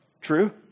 True